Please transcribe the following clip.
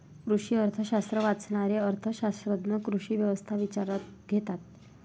कृषी अर्थशास्त्र वाचणारे अर्थ शास्त्रज्ञ कृषी व्यवस्था विचारात घेतात